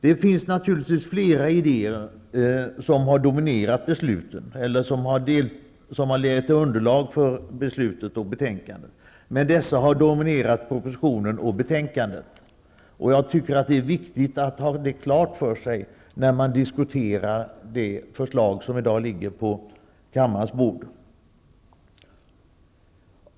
Det finns naturligtvis flera idéer som har legat till underlag för beslutet och betänkandet, men dessa har dominerat propositionen och betänkandet. Jag tycker att det är viktigt att man har det klart för sig när man diskuterar det förslag som i dag ligger på kammarens bord.